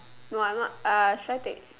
no I'm not uh should I take